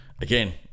again